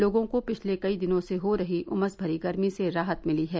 लोगों को पिछले कई दिनों से हो रही उमस भरी गर्मी से राहत मिली है